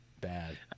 bad